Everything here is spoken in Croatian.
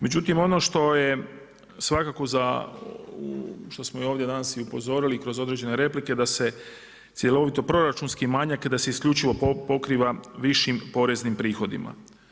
Međutim, ono što je svakako za, što smo i ovdje danas upozorili i kroz određene replike da se cjelovito proračunski manjak, da se isključivo pokriva višim poreznim prihodima.